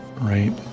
right